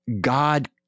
God